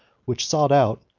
which sought out,